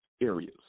areas